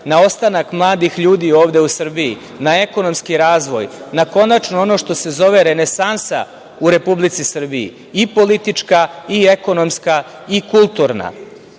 na ostanak mladih ljudi ovde u Srbiji, na ekonomski razvoj, na konačno ono što se zove renesansa u Republici Srbiji, politička, ekonomska, kulturna